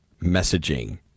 messaging